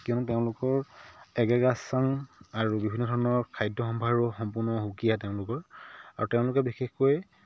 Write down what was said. কিয়নো তেওঁলোকৰ আৰু বিভিন্ন ধৰণৰ খাদ্য সম্ভাৰো সম্পূৰ্ণ সুকীয়া তেওঁলোকৰ আৰু তেওঁলোকে বিশেষকৈ